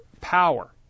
power